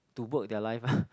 to work their life ah